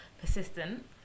persistent